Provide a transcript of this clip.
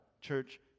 church